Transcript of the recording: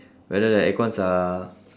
whether the aircons are